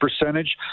percentage